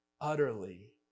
utterly